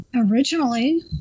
originally